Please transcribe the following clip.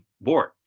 board